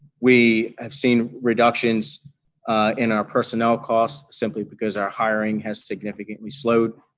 we have seen reductions in our personnel costs simply because our hiring has significantly slowed.